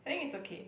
I think it's okay